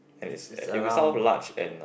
and it's it will sound large and